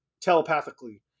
telepathically